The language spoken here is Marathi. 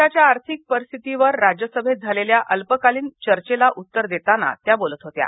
देशाच्या आर्थिक परिस्थितीवर राज्यसभेत झालेल्या अल्पकालीन चर्चेला उत्तर देताना त्या बोलत होत्या